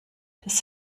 das